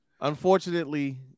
Unfortunately